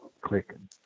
clicking